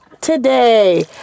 today